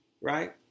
right